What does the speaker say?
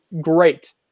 great